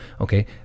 Okay